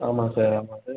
ஆமாம் சார் ஆமாம் சார்